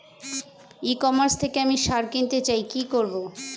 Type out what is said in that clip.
E commerce থেকে আমি সার কিনতে চাই কি করব?